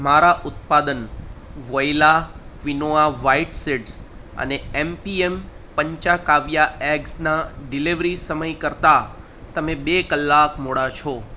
મારા ઉત્પાદન voila quinoa white seeds અને એમપીએમ પંચાંકાવ્યા એગ્સના ડિલેવરી સમય કરતાં તમે બે કલાક મોડા છો